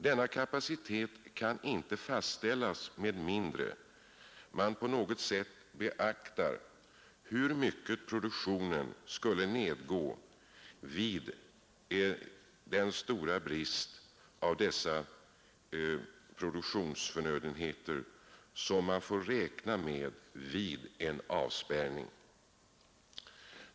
Denna kapacitet kan inte fastställas med mindre än att man på något sätt beaktar hur mycket produktionen skulle nedgå vid den stora brist på handelsgödsel och proteinfoder som man nu får räkna med vid en avspärrning.